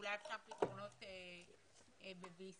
אולי אפשר פתרונות ב-VC,